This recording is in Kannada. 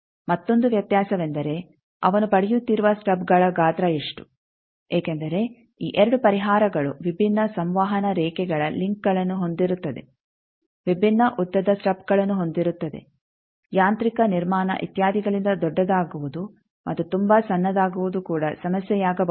ಮತ್ತೊಂದು ವ್ಯತ್ಯಾಸವೆಂದರೆ ಅವನು ಪಡೆಯುತ್ತಿರುವ ಸ್ಟಬ್ಗಳ ಗಾತ್ರ ಎಷ್ಟು ಏಕೆಂದರೆ ಈ 2 ಪರಿಹಾರಗಳು ವಿಭಿನ್ನ ಸಂವಹನ ರೇಖೆಗಳ ಲಿಂಕ್ಗಳನ್ನು ಹೊಂದಿರುತ್ತದೆ ವಿಭಿನ್ನ ಉದ್ದದ ಸ್ಟಬ್ಗಳನ್ನು ಹೊಂದಿರುತ್ತದೆ ಯಾಂತ್ರಿಕ ನಿರ್ಮಾಣ ಇತ್ಯಾದಿಗಳಿಂದ ದೊಡ್ಡದಾಗುವುದು ಮತ್ತು ತುಂಬಾ ಸಣ್ಣದಾಗುವುದು ಕೂಡ ಸಮಸ್ಯೆಯಾಗಬಹುದು